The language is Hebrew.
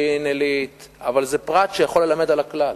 במודיעין-עילית, אבל זה פרט שיכול ללמד על הכלל.